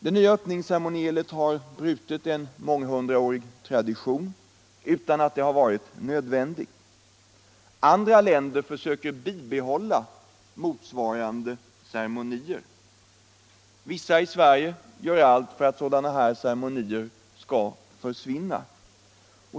Det nya öppningsceremonielet har brutit en månghundraårig tradition utan att detta varit nödvändigt. Andra länder försöker behålla motsvarande ceremonier. Vissa i Sverige gör allt för att sådana här ceremonier skall försvinna.